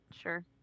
sure